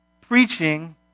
preaching